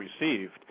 received